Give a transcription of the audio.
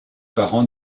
parents